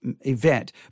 event